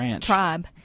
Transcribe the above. tribe